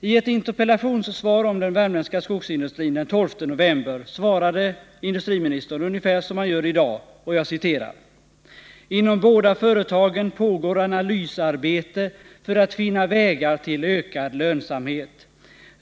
I ett interpellationssvar om den värmländska skogsindustrin den 12 november svarade industriministern ungefär som han gör i dag: ”Inom båda företagen pågår analysarbete för att finna vägar till ökad lönsamhet.